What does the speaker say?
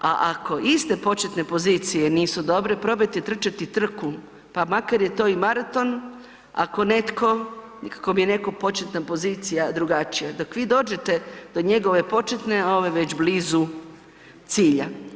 A ako iste početne pozicije nisu dobre, probajte trčati trku, pa makar je to i maraton, ako netko, ako je nekom početna pozicija drugačija, dok vi dođete do njegove početne, ovaj je već blizu cilja.